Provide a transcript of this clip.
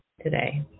today